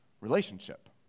relationship